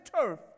turf